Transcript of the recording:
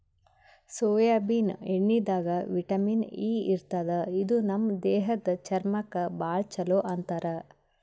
soybean ಎಣ್ಣಿದಾಗ್ vitamin E ಇರ್ತದ್ ಇದು ನಮ್ ದೇಹದ್ದ್ ಚರ್ಮಕ್ಕಾ ಭಾಳ್ ಛಲೋ ಅಂತಾರ್